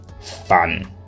fun